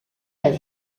that